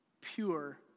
pure